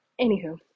anywho